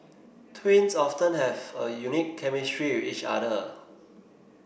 twins often have a unique chemistry with each other